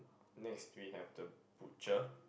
next we have the butcher